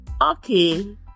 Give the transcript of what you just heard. Okay